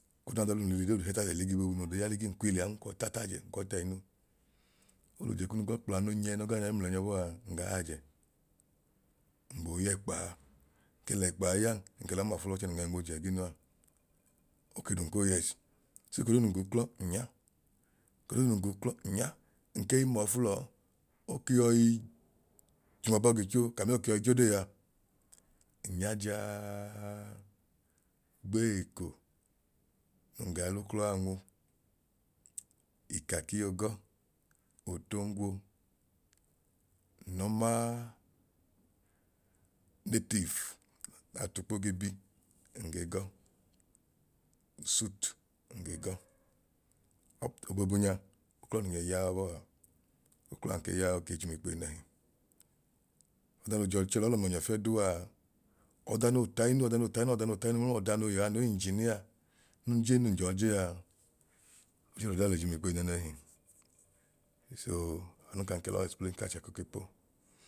Oda adọlum l'ili doodu hẹtaajẹ ligii boobu noo dee ya ligii nkwiili nkwọita taajẹ nkwọi tainu. Oloje kunu gọ kpla no nyẹ no ga nyọi mlẹnyọ bọa ngaa y'ajẹ ngboo y'ẹkpaa, nke l'ẹkpaa ya nke lọ mafu l'ọchẹ nun ge nw'oje ẹgunu a okedum koo yes. So eko duu nun g'uklọ n'ya, eko doodu nun gu uklọ n'ya nkei mọọfu lọọ oke yọi jum abọ gicho kamio ke yọi jodee a. N ya jaaaaa gbe eko ngaa l'uklọ a nwu. Ikaki ogọ, otongwo n'nọ maa, native n'atukpo ge bi nge gọ, suitnge gọ up oboobu nyaa uklọ nun ge yaa yọbọa, uklọ a nkei yaa oke jum ikpeyi nẹhi. ọdan noo jọn chẹ lọọ lum ọnyẹ fiẹduu a, ọda noo tainu ọda noo tainu ọda noo tainu mẹmlọdanoo yanu engineer nun jen nun jọọ jee a ochẹ l'odee a le jumikpeyi nẹẹnẹhi soo anun kan ke lọ explain k'achẹ koo ke po